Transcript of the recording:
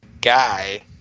guy